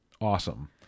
awesome